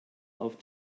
auf